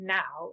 now